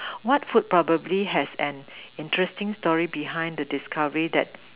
what food probably has an interesting story behind the discovery that